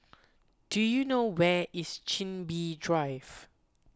do you know where is Chin Bee Drive